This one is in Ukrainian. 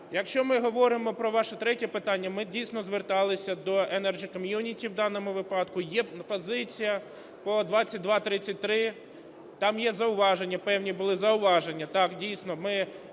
Якщо ми говоримо про ваше третє питання, ми, дійсно, зверталися до Energy Community. В даному випадку є позиція по 2233, там є зауваження, певні були зауваження.